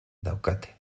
daukate